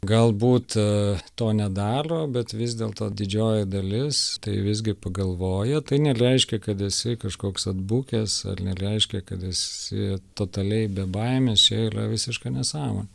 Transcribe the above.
galbūt a to nedaro bet vis dėlto didžioji dalis tai visgi pagalvoja tai nereiškia kad esi kažkoks atbukęs ar nereiškia kad esi totaliai bebaimis čia yra visiška nesąmon